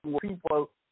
people